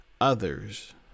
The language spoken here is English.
others